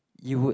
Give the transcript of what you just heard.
you would